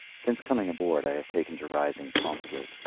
since coming aboard i have taken to rising promptly.